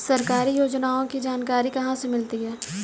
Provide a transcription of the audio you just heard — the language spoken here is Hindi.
सरकारी योजनाओं की जानकारी कहाँ से मिलती है?